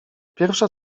pierwsza